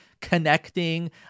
connecting